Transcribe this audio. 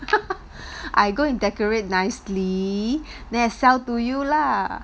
I go and decorate nicely then I sell to you lah